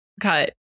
Cut